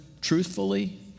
truthfully